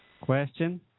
Question